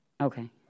Okay